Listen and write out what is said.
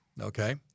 Okay